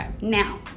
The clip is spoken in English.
Now